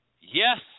Yes